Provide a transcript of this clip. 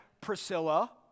Priscilla